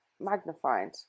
magnified